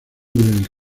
del